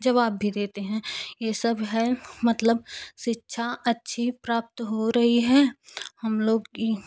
जवाब भी देते हैं ये सब है मतलब शिक्षा अच्छी प्राप्त हो रही है हम लोग की